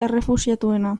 errefuxiatuena